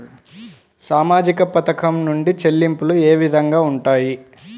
సామాజిక పథకం నుండి చెల్లింపులు ఏ విధంగా ఉంటాయి?